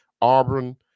Auburn